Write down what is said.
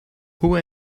who